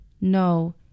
No